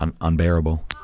unbearable